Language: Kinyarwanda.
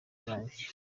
banjye